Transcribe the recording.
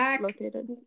located